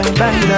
bang